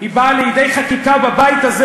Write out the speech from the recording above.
היא באה לידי חקיקה בבית הזה